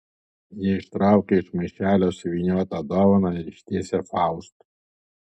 ji ištraukia iš maišelio suvyniotą dovaną ir ištiesia faustui